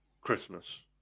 Christmas